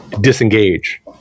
disengage